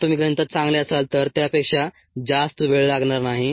जर तुम्ही गणितात चांगले असाल तर त्यापेक्षा जास्त वेळ लागणार नाही